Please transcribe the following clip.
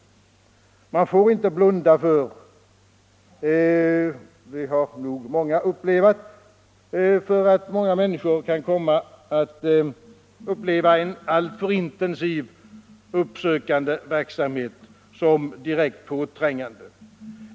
Man får inte blunda för att många människor kan komma att uppleva en alltför intensiv uppsökande verksamhet som direkt påträngande.